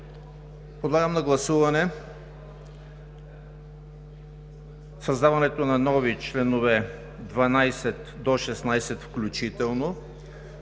Подлагам на гласуване създаването на нови членове от 12 до 16 включително